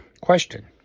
question